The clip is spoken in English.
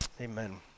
amen